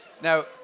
Now